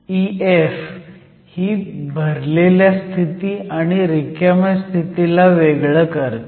EF ही भरलेल्या स्थिती आणि रिकाम्या स्थितीला वेगळं करते